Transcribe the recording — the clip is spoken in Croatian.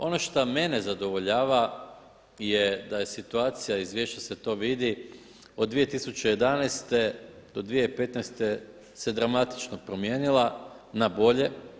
Ono što mene zadovoljava je da je situacija iz izvješća se to vidi, od 2011. do 2015. se dramatično promijenila na bolje.